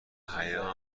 حیا